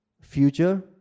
future